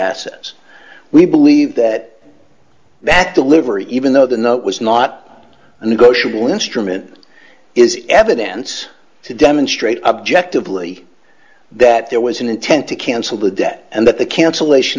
assets we believe that that delivery even though the note was not negotiable instrument is evidence to demonstrate objectively that there was an intent to cancel the debt and that the cancellation